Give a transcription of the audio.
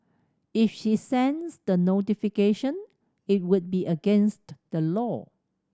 if she sends the notification it would be against the law